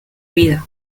vida